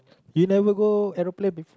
you never go aeroplane before